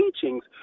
teachings